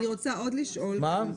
אני רוצה עוד לשאול -- עמוד 27. מה?